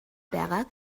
байгааг